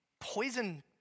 poison